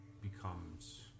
becomes